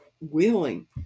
willing